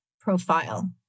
profile